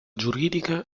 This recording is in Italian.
giuridica